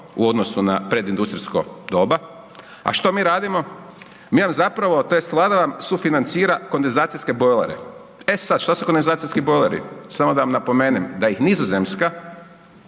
u odnosu na predindustrijsko doba, a što mi radimo, mi vam zapravo, tj. Vlada sufinancira kondenzacijske bojlere. E sad, što su kondenzacijski bojleri? Samo da vam napomenem da ih Nizozemska